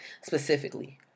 specifically